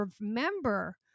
remember